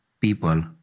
people